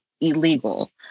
illegal